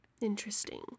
Interesting